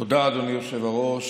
תודה, אדוני היושב-ראש.